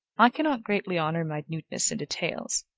i cannot greatly honor minuteness in details,